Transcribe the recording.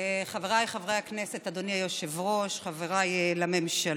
חבריי חברי הכנסת, אדוני היושב-ראש, חבריי לממשלה,